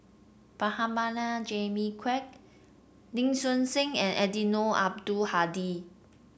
Prabhakara Jimmy Quek Lee Seow Ser and Eddino Abdul Hadi